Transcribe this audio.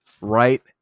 right